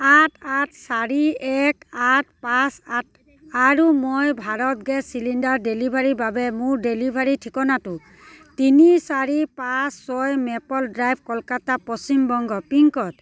আঠ আঠ চাৰি এক আঠ পাঁচ আঠ আৰু মই ভাৰত গেছ চিলিণ্ডাৰ ডেলিভাৰীৰ বাবে মোৰ ডেলিভাৰী ঠিকনাটো তিনি চাৰি পাঁচ ছয় Maple Drive Kolkata Paschim Banga pincode